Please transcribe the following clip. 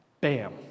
bam